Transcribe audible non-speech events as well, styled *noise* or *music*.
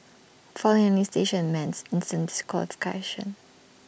failing any station meant *unintelligible* instant *unintelligible*